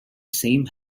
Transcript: same